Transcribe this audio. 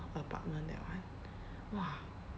apartment that one !wah!